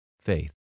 faith